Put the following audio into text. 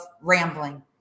rambling